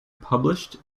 published